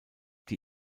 die